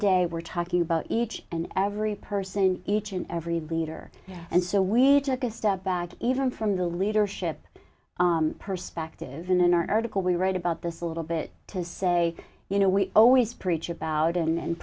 day we're talking about each and every person each and every leader and so we took a step back even from the leadership perspective in an article we write about this a little bit to say you know we always preach about an